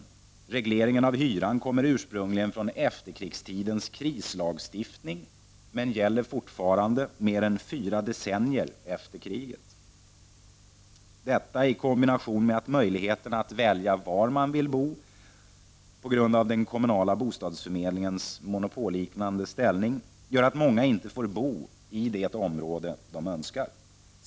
Regleringen av hyran kommer ursprungligen från efterkrigstidens krislagstiftning men gäller fortfarande — mer än fyra decennier efter kriget! Detta, i kombination med den ringa möjligheten att välja var man vill bo på grund av den kommunala bostadsförmedlingens monopolliknande ställning, gör att många inte får bo i det område de önskar.